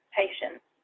patients